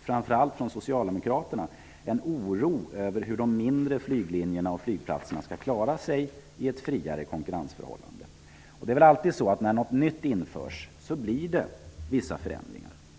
framför allt från Socialdemokraterna -- märks en oro över hur de mindre flyglinjerna och flygplatserna skall klara sig i ett friare konkurrensförhållande. Men det är väl alltid så att det, när något nytt införs, blir vissa förändringar.